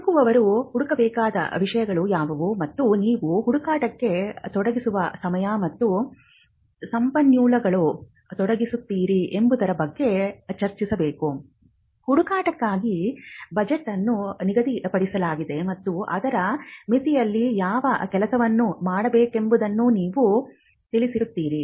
ಹುಡುಕುವವರು ಹುಡುಕಬೇಕಾದ ವಿಷಯಗಳು ಯಾವುವು ಮತ್ತು ನೀವು ಹುಡುಕಾಟಕ್ಕೆ ತೊಡಗಿಸುವ ಸಮಯ ಮತ್ತು ಸಂಪನ್ಮೂಲಗಳು ತೊಡಗಿಸುತ್ತೀರಿ ಎಂಬುದರ ಬಗ್ಗೆ ಚರ್ಚಿಸಬೇಕು ಹುಡುಕಾಟಕ್ಕಾಗಿ ಬಜೆಟ್ ಅನ್ನು ನಿಗದಿಪಡಿಸಲಾಗಿದೆ ಮತ್ತು ಅದರ ಮಿತಿಯಲ್ಲಿ ಯಾವ ಕೆಲಸವನ್ನು ಮಾಡಬೇಕೆಂಬುದನ್ನು ನೀವು ತಿಳಿಸಿರುತ್ತೀರಿ